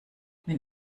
wenn